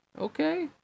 Okay